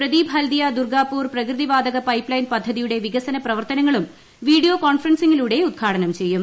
പ്രദിപ് ഹൽദിയാ ദുർഗാപൂർ പ്രകൃതിവാതക pipeline പദ്ധതിയുടെ വികസനപ്രവർത്തനങ്ങളും വീഡിയോ കോൺഫറൻസിങിലൂടെ ഉദ്ഘാടനം ചെയ്യും